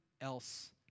else